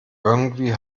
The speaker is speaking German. irgendwie